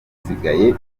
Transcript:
hasigaye